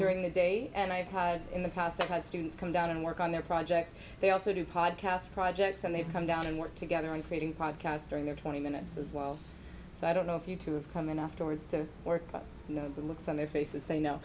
during the day and i hide in the past i've had students come down and work on their projects they also do podcast projects and they've come down and worked together on creating podcast during their twenty minutes as well so i don't know if you to have come in afterwards to work but you know the looks on their faces